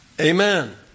Amen